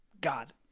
God